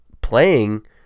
playing